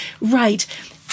Right